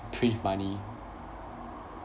print money